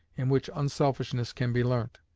in which unselfishness can be learnt,